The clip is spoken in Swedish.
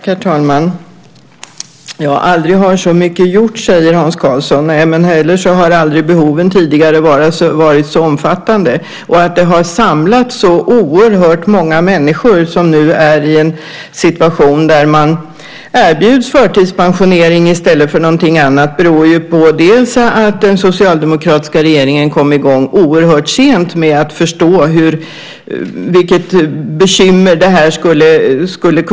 Herr talman! Hans Karlsson säger att aldrig har så mycket gjorts, men behoven har heller aldrig tidigare varit så omfattande. Att så oerhört många människor nu erbjuds förtidspensionering i stället för någonting annat beror ju på att den socialdemokratiska regeringen oerhört sent förstod vilket bekymmer det här skulle bli.